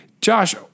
josh